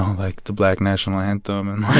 like, the black national anthem and,